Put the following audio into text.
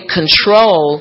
control